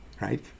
right